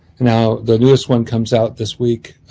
now the newest one comes out this week,